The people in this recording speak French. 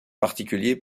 particulier